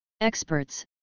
Experts